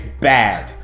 bad